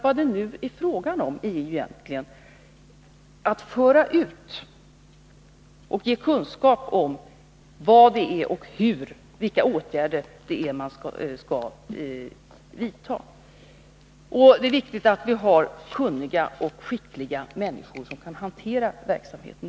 Vad det nu är fråga om är egentligen att föra ut och ge kunskap om vilka åtgärder som skall vidtas. Det är viktigt att vi har kunniga och skickliga människor som kan hantera verksamheten.